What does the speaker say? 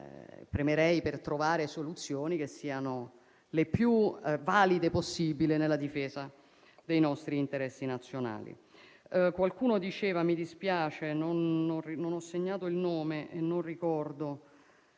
ma per trovare soluzioni che siano le più valide possibili nella difesa dei nostri interessi nazionali. Qualcuno - mi dispiace, non ho segnato il nome e non lo ricordo